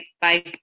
Bye